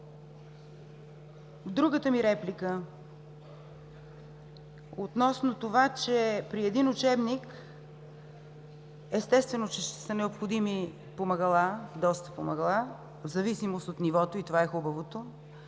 Другата ми реплика е относно това, че при един учебник, естествено, че ще са необходими доста помагала, в зависимост от нивото на децата